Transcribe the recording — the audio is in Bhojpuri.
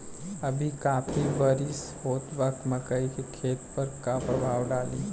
अभी काफी बरिस होत बा मकई के खेत पर का प्रभाव डालि?